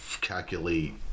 calculate